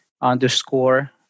underscore